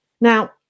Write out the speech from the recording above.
Now